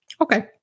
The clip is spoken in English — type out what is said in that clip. Okay